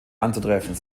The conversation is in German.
anzutreffen